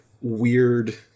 weird